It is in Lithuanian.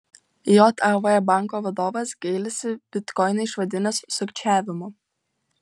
jav banko vadovas gailisi bitkoiną išvadinęs sukčiavimu